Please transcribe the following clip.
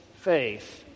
faith